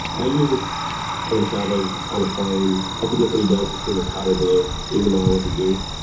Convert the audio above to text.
i use this when i'm traveling on a plane. i think they're pretty dope just cause they're powder blue. even though i went to duke,